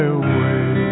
away